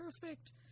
perfect